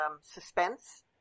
suspense